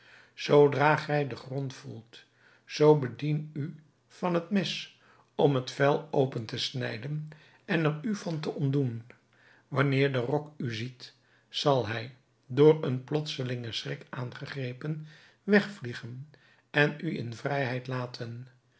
zoodra gij den grond voelt zoo bedien u van het mes om het vel open te snijden en er u van te ontdoen wanneer de rok u ziet zal hij door een plotselingen schrik aangegrepen weg vliegen en u in vrijheid laten